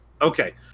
Okay